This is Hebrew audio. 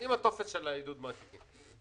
עם הטופס של עידוד המעסיקים.